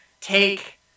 take